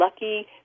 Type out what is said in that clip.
lucky